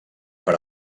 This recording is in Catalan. per